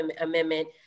Amendment